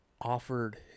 offered